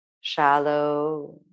shallow